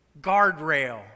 Guardrail